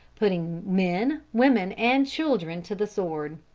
putting men, women and children to the sword.